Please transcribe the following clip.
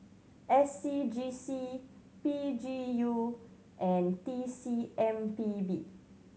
S C G C P G U and T C M P B